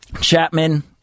Chapman